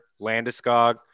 Landeskog